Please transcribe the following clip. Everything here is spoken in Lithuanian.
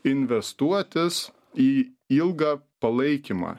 investuotis į ilgą palaikymą